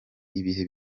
ibihe